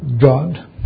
God